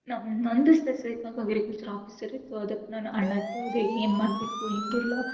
ನಮ್ಮ ನಂದು ಸ್ಪೆಸಿಫಿಕ್ ಆಗಿ ಅಗ್ರಿಕಲ್ಚರ್ ಆಫೀಸರ್ ಇತ್ತು ಅದ್ಕೆ ನಾನು ಅಣ್ಣಾನಿಗೆ ಕೇಳಿದೆ ಏನು ಮಾಡಬೇಕು ಹೆಂಗೆಲ್ಲ